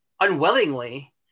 unwillingly